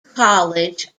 college